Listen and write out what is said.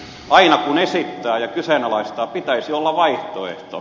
aina kun esittää ja kyseenalaistaa pitäisi olla vaihtoehto